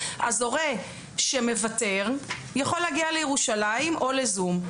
אז הורה שמוותר יכול להגיע לירושלים או לזום,